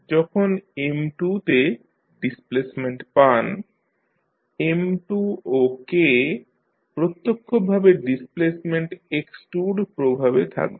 যখন M2 তে displacement পান M2 ও K প্রত্যক্ষভাবে ডিসপ্লেসমেন্ট x2 র প্রভাবে থাকবে